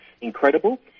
incredible